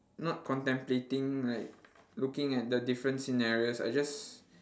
not contemplating like looking at the different scenarios I just